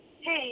Hey